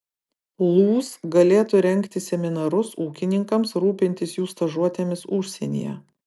lūs galėtų rengti seminarus ūkininkams rūpintis jų stažuotėmis užsienyje